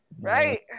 right